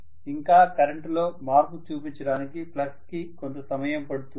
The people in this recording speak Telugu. ఇంకా కరెంటులో మార్పు చూపించడానికి ఫ్లక్స్ కి కొంత సమయం పడుతుంది